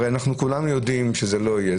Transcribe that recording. הרי אנחנו כולנו יודעים שזה לא יהיה.